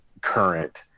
current